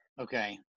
okay